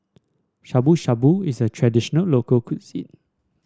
Shabu Shabu is a traditional local cuisine